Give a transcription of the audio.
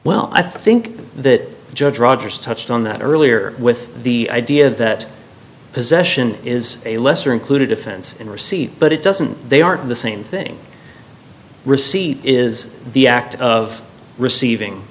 well i think that judge rogers touched on that earlier with the idea that possession is a lesser included offense in receipt but it doesn't they aren't the same thing receipt is the act of receiving